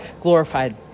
glorified